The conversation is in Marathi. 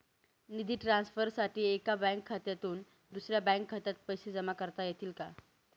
निधी ट्रान्सफरसाठी एका बँक खात्यातून दुसऱ्या बँक खात्यात पैसे जमा करता येतील का?